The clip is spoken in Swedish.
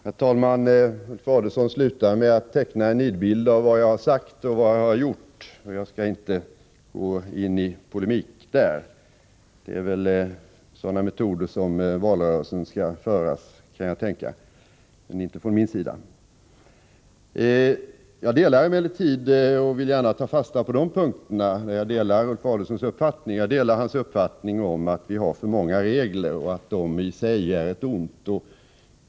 Herr talman! Ulf Adelsohn avslutade med att teckna en nidbild av vad jag har sagt och gjort. Jag skall inte gå in i polemik på den punkten. Det är väl med sådana metoder som valrörelsen skall föras kan jag tänka — men inte från min sida. Jag vill emellertid gärna ta fasta på de punkter där jag delar Ulf Adelsohns uppfattning. Jag är t.ex. ense med honom om att vi har för många regler och att de i sig är ett ont.